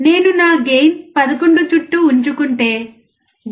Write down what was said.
నేను నా గెయిన్ 11 చుట్టూ ఉంచుకుంటే 0